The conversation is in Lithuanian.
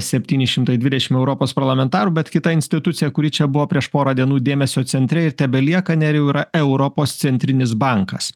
septyni šimtai dvidešim europos parlamentarų bet kita institucija kuri čia buvo prieš porą dienų dėmesio centre ir tebelieka nerijau yra europos centrinis bankas